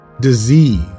disease